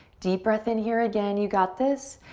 deep breath in here again, you got this.